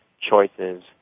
choices